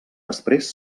després